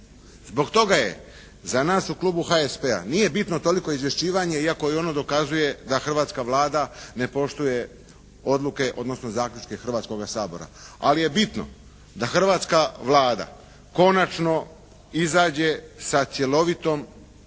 Zbog toga za nas u klubu HSP-a nije bitno toliko izvješćivanje iako i ono dokazuje da hrvatska Vlada ne poštuje odluke odnosno zaključke Hrvatskoga sabora, ali je bitno da hrvatska Vlada konačno izađe sa cjelovitom